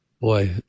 Boy